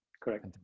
correct